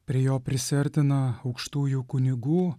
prie jo prisiartina aukštųjų kunigų